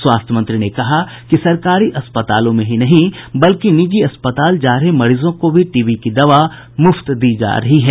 स्वास्थ्य मंत्री ने कहा कि सरकारी अस्पतालों में ही नहीं बल्कि निजी अस्पताल जा रहे मरीजों को भी टीबी की दवा मुफ्त दी जा रही है